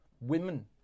women